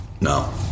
no